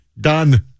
Done